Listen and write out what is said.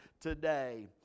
today